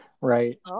right